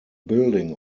building